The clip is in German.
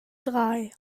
drei